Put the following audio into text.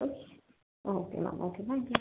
okay okay ma'am okay thank you